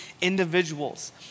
individuals